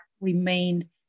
remained